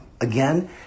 Again